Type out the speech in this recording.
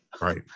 Right